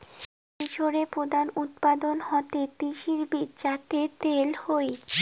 মিশরে প্রধান উৎপাদন হসে তিসির বীজ যাতে তেল হই